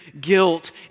guilt